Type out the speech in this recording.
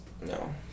no